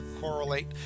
correlate